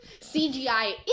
cgi